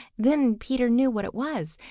then peter knew what it was.